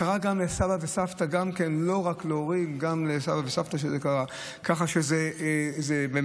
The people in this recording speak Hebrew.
זה קרה גם לסבא וסבתא, לא רק להורים, כך שזה באמת